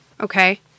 Okay